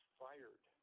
fired